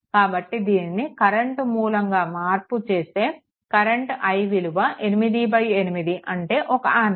కాబట్టి దీనిని కరెంట్ మూలంగా మార్పు చేస్తే కరెంట్ i విలువ 88 అంటే 1 ఆంపియర్